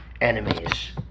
enemies